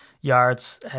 yards